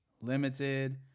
limited